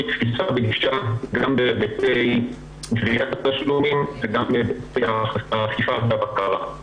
תפיסה וגישה גם בהיבטי גביית התשלומים וגם בנושא האכיפה והבקרה.